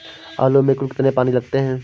आलू में कुल कितने पानी लगते हैं?